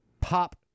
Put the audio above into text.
Pop